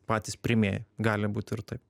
patys pirmieji gali būt ir taip